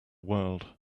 world